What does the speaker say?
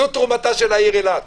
זו תרומתה של העיר אילת,